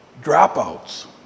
dropouts